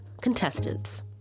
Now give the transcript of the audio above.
contestants